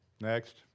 Next